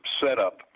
setup